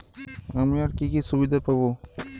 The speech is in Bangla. আমি আর কি কি সুবিধা পাব?